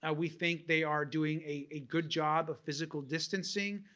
ah we think they are doing a good job of physical distancing.